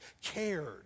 cared